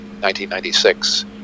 1996